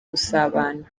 gusabana